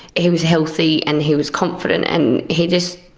he was healthy and he was confident and he just,